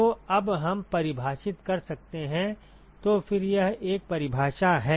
तो अब हम परिभाषित कर सकते हैं तो फिर यह एक परिभाषा है